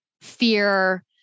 fear